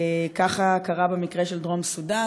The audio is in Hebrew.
כך קרה במקרה של דרום סודאן,